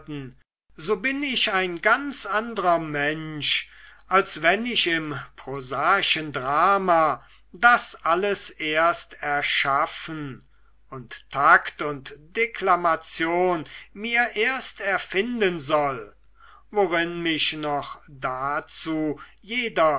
so bin ich ein ganz anderer mensch als wenn ich im prosaischen drama das alles erst erschaffen und takt und deklamation mir erst erfinden soll worin mich noch dazu jeder